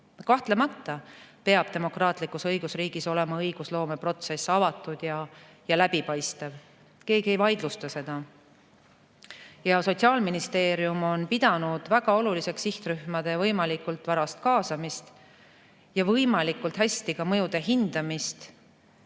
Kahtlemata peab demokraatlikus õigusriigis olema õigusloomeprotsess avatud ja läbipaistev. Keegi ei vaidlusta seda. Sotsiaalministeerium on pidanud väga oluliseks sihtrühmade võimalikult varast kaasamist ja võimalikult hästi ka mõjude hindamist,